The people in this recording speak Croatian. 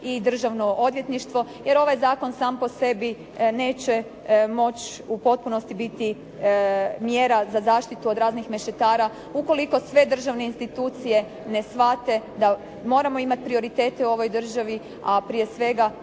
i državno odvjetništvo, jer ovaj zakon sam po sebi neće moći u potpunosti biti mjera za zaštitu od raznih mešetara ukoliko sve državne institucije ne shvate da moramo imati prioritete, a prije svega